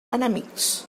enemics